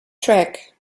track